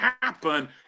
happen